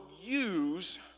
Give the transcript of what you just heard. use